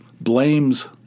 blames